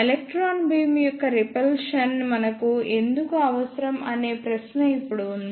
electron beam యొక్క repulsion మనకు ఎందుకు అవసరం అనే ప్రశ్న ఇప్పుడు ఉంది